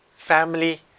family